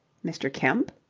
mr. kemp?